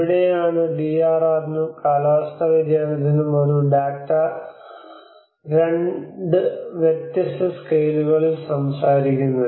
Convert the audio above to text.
ഇവിടെയാണ് ഡിആർആറിനും കാലാവസ്ഥാ വ്യതിയാനത്തിനും ഒരു ഡാറ്റ 2 വ്യത്യസ്ത സ്കെയിലുകളിൽ സംസാരിക്കുന്നത്